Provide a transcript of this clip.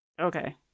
Okay